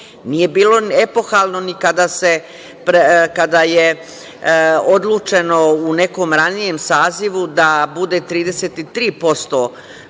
bilo epohalno ni kada je odlučeno u nekom ranijem sazivu da bude 33%